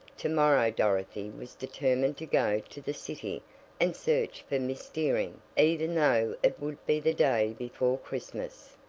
to-morrow dorothy was determined to go to the city and search for miss dearing, even though it would be the day before christmas.